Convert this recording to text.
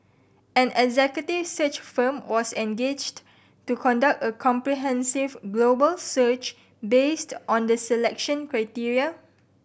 an executive search firm was engaged to conduct a comprehensive global search based on the selection criteria